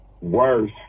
worse